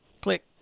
click